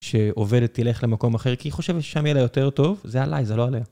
שעובדת תלך למקום אחר, כי היא חושבת ששם יהיה לה יותר טוב, זה עליי, זה לא עליה.